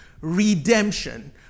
redemption